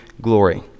glory